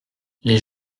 les